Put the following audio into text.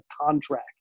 contract